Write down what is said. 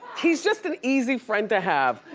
he's just an easy friend to have.